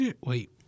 Wait